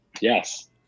Yes